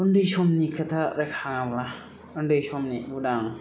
उन्दै समनि खोथा रायखाङोब्ला उन्दै समनि उदां